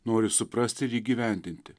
nori suprast ir įgyvendinti